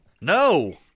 No